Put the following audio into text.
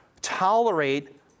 tolerate